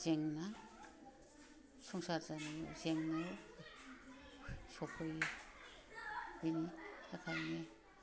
जेंना संसार जानायाव जेंना सफैयो बिनि थाखायनो